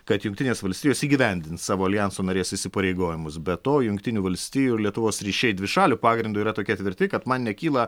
kad jungtinės valstijos įgyvendins savo aljanso narės įsipareigojimus be to jungtinių valstijų ir lietuvos ryšiai dvišaliu pagrindu yra tokie tvirti kad man nekyla